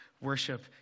worship